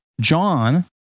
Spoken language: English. John